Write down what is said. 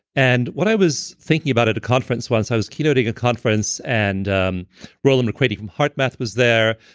and what i was thinking about at a conference once, i was keynoting a conference, and um roland mccrady from heart math was there.